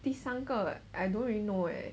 第三个 I don't really know eh